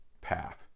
path